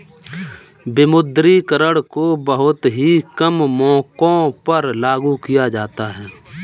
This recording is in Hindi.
विमुद्रीकरण को बहुत ही कम मौकों पर लागू किया जाता है